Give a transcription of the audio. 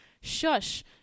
Shush